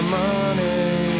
money